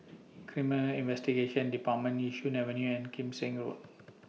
Criminal Investigation department Yishun Avenue and Kim Seng Road